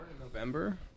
November